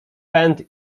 pęd